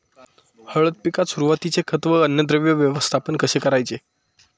हळद पिकात सुरुवातीचे खत व अन्नद्रव्य व्यवस्थापन कसे करायचे?